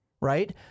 right